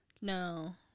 No